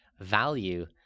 value